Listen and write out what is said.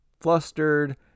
flustered